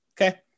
okay